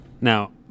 Now